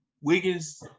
Wiggins –